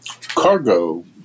cargo